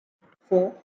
four